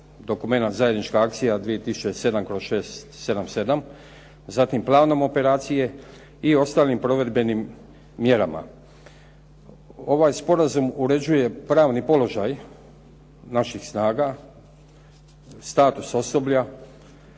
dokumenat Zajednička akcija 2007/677, zatim planom operacije i ostalim provedbenim mjerama. Ovaj sporazum uređuje pravni položaj naših snaga, status osoblja,